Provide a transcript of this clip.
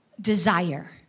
desire